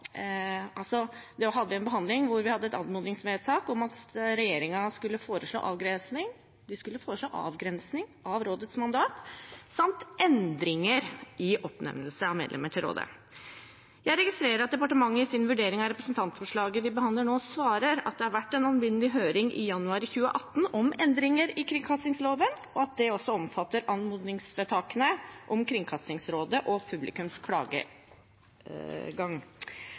om at regjeringen skulle foreslå avgrensning av rådets mandat samt endringer i oppnevnelse av medlemmer til rådet. Jeg registrerer at departementet i sin vurdering av representantforslaget vi behandler nå, svarer at det har vært en alminnelig høring i januar 2018 om endringer i kringkastingsloven, og at det også omfatter anmodningsvedtakene om Kringkastingsrådet og publikums